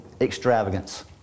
extravagance